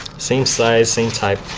same size, same type,